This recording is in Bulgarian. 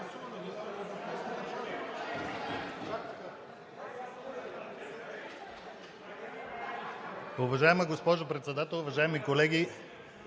Уважаема госпожо Председател, уважаеми колеги!